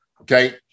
okay